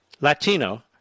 Latino